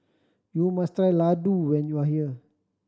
you must try Ladoo when you are here